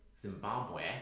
Zimbabwe